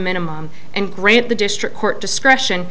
minimum and grant the district court discretion